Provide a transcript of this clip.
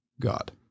god